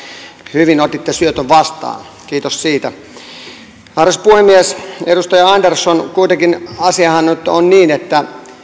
hyvin otitte syötön vastaan kiitos siitä arvoisa puhemies edustaja andersson kuitenkin asiahan nyt on niin että